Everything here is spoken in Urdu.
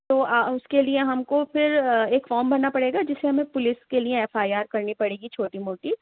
تو اُس کے لیے ہم کو پھر ایک فام بھرنا پڑے گا جسے ہمیں پولیس کے لیے ایف آئی آر کرنی پڑے گی چھوٹی موٹی